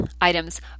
items